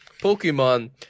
Pokemon